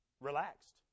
relaxed